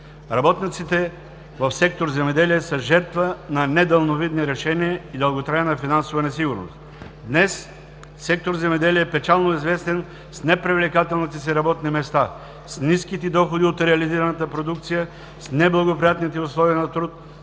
Работниците в сектор „Земеделие“ са жертва на недалновидни решения и дълготрайна финансова несигурност. Днес сектор „Земеделие“ е печално известен с непривлекателните си работни места, с ниските доходи от реализираната продукция, с неблагоприятните условия на труд,